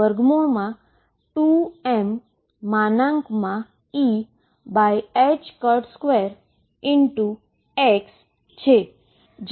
સપ્રમાણ સંયોજનો e2mE2xe 2mE2x છે